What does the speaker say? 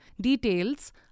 details